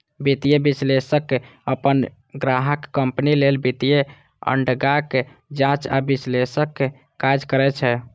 वित्तीय विश्लेषक अपन ग्राहक कंपनी लेल वित्तीय आंकड़ाक जांच आ विश्लेषणक काज करै छै